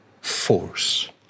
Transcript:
force